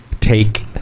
Take